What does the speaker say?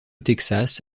texas